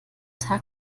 tag